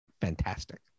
fantastic